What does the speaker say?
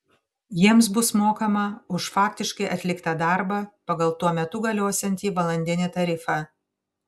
jiems bus mokama už faktiškai atliktą darbą pagal tuo metu galiosiantį valandinį tarifą